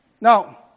Now